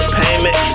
payment